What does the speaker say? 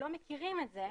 לא מכירים את זה,